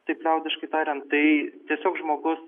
taip liaudiškai tariant tai tiesiog žmogus